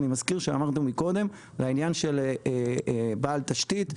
אני מזכיר שאמרנו מקודם על העניין של בעל תשתית,